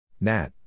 Nat